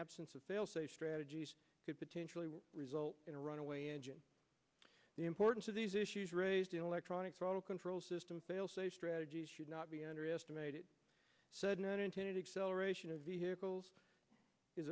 absence of fail safe strategies could potentially result in a runaway engine the importance of these issues raised in electronic throttle control system fail safe strategy should not be underestimated sudden unintended acceleration of vehicles is